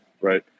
Right